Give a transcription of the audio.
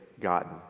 gotten